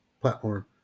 platform